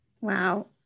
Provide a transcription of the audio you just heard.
Wow